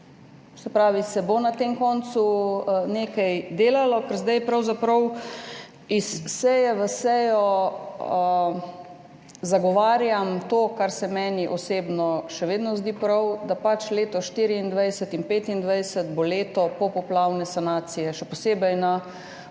se pravi, da se bo na tem koncu nekaj delalo, ker pravzaprav iz seje v sejo zagovarjam to, kar se meni osebno še vedno zdi prav, da bosta pač leti 2024 in 2025 leti popoplavne sanacije, še posebej na